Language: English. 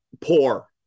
poor